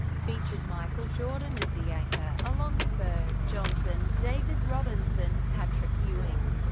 featured michael jordan as the anchor, along with bird, johnson, david robinson, patrick ewing,